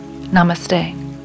Namaste